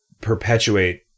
perpetuate